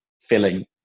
filling